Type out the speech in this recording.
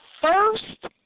first